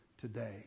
today